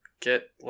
get